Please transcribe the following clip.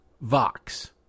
Vox